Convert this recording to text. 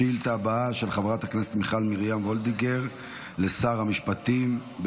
עמית, שבאמת, את מה שהוא אומר, הוא מקיים.